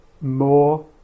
more